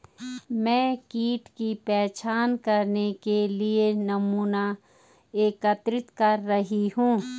मैं कीट की पहचान करने के लिए नमूना एकत्रित कर रही हूँ